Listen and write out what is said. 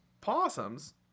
possums